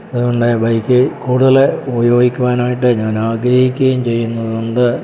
അതുകൊണ്ട് ബൈക്ക് കൂടുതൽ ഉപയോഗിക്കുവാനായിട്ട് ഞാൻ ആഗ്രഹിക്കുകയും ചെയ്യുന്നും ഉണ്ട്